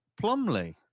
Plumley